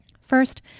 First